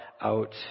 out